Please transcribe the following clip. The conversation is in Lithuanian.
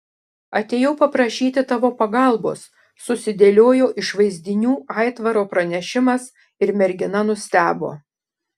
atėjau paprašyti tavo pagalbos susidėliojo iš vaizdinių aitvaro pranešimas ir mergina nustebo